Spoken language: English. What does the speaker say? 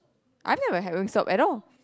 I never had Wingstop at all